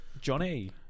Johnny